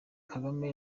kagame